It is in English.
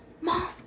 Mom